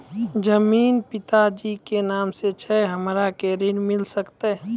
जमीन पिता जी के नाम से छै हमरा के ऋण मिल सकत?